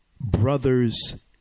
brother's